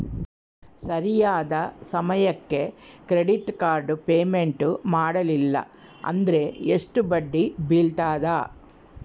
ಸರಿಯಾದ ಸಮಯಕ್ಕೆ credit card payment ಮಾಡಲಿಲ್ಲ ಅಂದ್ರೆ ಎಷ್ಟು ಬಡ್ಡಿ ಬೇಳ್ತದ?